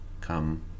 come